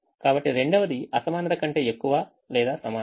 కాబట్టి రెండవది అసమానత కంటే ఎక్కువ లేదా సమానం